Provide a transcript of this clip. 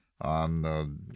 on